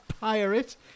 pirate